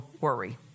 worry